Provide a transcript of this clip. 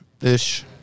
ish